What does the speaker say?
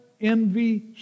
envy